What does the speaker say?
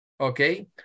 Okay